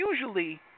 usually